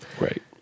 Right